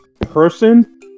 person